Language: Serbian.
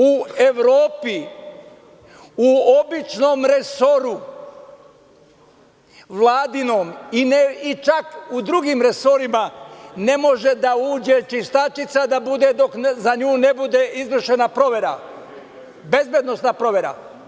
U Evropi, u običnom Vladinom resoru i čak i u drugim resorima ne može da uđe čistačica dok za nju ne bude izvršena bezbednosna provera.